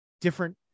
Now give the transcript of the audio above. different